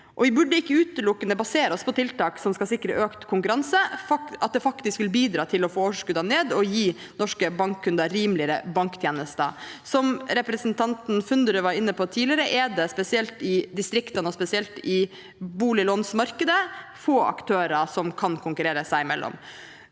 Vi burde ikke utelukkende basere oss på at tiltak som skal sikre økt konkurranse, faktisk vil bidra til å få overskuddene ned og gi norske bankkunder rimeligere banktjenester. Som representanten Funderud var inne på tidligere, er det spesielt i distriktene og i boliglånsmarkedet få aktører som kan konkurrere seg imellom.